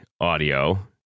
audio